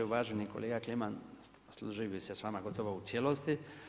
Uvaženi kolega Kliman, složio bi se s vama u gotovo u cijelosti.